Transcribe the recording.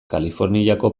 kaliforniako